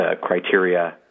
criteria